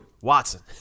Watson